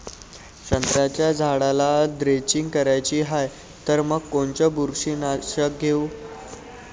संत्र्याच्या झाडाला द्रेंचींग करायची हाये तर मग कोनच बुरशीनाशक घेऊ?